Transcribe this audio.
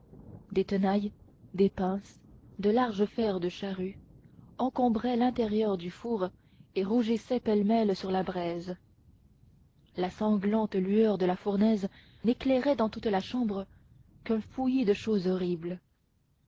des tenailles des pinces de larges fers de charrue encombraient l'intérieur du four et rougissaient pêle-mêle sur la braise la sanglante lueur de la fournaise n'éclairait dans toute la chambre qu'un fouillis de choses horribles